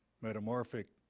metamorphic